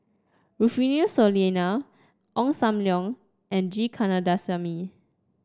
Rufino Soliano Ong Sam Leong and G Kandasamy